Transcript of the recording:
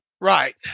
Right